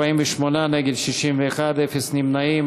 48, נגד, 61, אפס נמנעים.